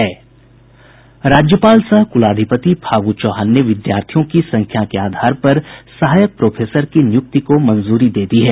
राज्यपाल सह कुलाधिपति फागू चौहान ने विद्यार्थियों की संख्या के आधार पर सहायक प्रोफेसर की नियुक्ति को मंजूरी दे दी है